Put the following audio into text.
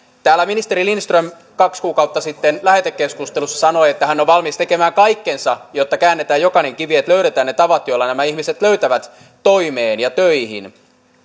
täällä ministeri lindström kaksi kuukautta sitten lähetekeskustelussa sanoi että hän on valmis tekemään kaikkensa jotta käännetään jokainen kivi että löydetään ne tavat joilla nämä ihmiset löytävät toimeen ja töihin